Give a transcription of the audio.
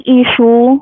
issue